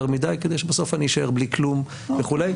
מדי כדי שבסוף אני אשאר בלי כלום וכולי.